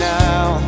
now